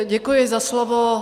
Děkuji za slovo.